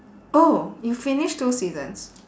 oh you finish two seasons